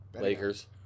Lakers